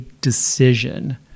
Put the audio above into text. decision